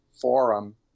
forum